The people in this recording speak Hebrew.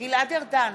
גלעד ארדן,